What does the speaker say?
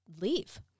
leave